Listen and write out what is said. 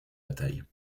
bataille